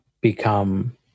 become